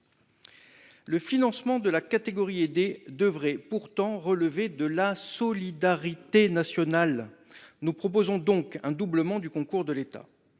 Le financement de la catégorie aidée devrait pourtant relever de la solidarité nationale. Nous proposons donc un doublement du concours de l’État.